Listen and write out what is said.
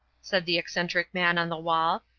said the eccentric man on the wall,